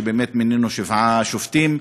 ובאמת מינינו שבעה שופטים,